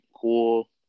cool